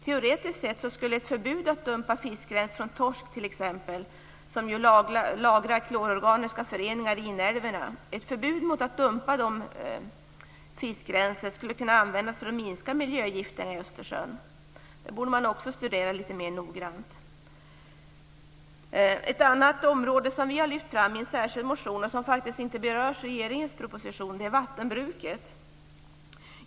Teoretiskt sett skulle ett förbud att dumpa fiskrens från t.ex. torsk, som ju lagrar klororganiska föreningar i inälvorna, kunna användas för att minska miljögifterna i Östersjön. Det borde man också studera litet mer noggrant. Ett annat område som vi har lyft fram i en särskild motion och som inte berörs i regeringens proposition är vattenbruket.